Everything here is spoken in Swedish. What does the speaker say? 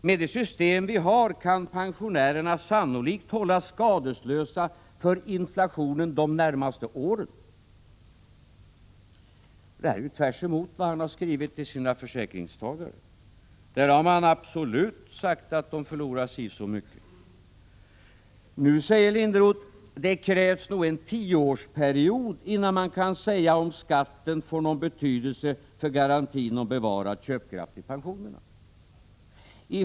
Med det system vi har kan pensionärerna sannolikt hållas skadeslösa för inflationen de närmaste åren.” Det här är ju tvärtemot vad han har skrivit till sina försäkringstagare. Där har han sagt att de absolut förlorar si och så mycket. Nu säger Linderoth att det nog krävs en tioårsperiod, innan man kan säga om skatten får någon betydelse för garantin om bevarad köpkraft i pensionerna.